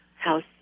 house